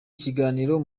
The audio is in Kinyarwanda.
kiganiro